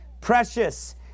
precious